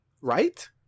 right